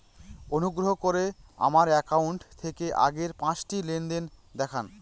অনুগ্রহ করে আমার অ্যাকাউন্ট থেকে আগের পাঁচটি লেনদেন দেখান